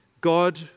God